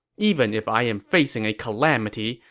even if i am facing a calamity,